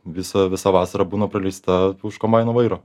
visą visą vasarą būna praleista už kombaino vairo